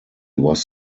was